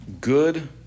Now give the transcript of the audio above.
Good